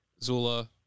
Zula